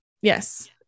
Yes